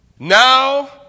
Now